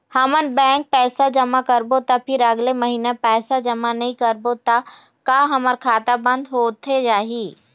हमन बैंक पैसा जमा करबो ता फिर अगले महीना पैसा जमा नई करबो ता का हमर खाता बंद होथे जाही?